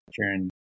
sharing